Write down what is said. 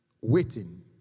waiting